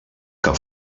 que